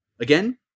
Again